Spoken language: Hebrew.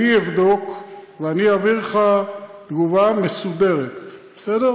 אני אבדוק ואני אעביר לך תגובה מסודרת, בסדר?